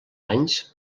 anys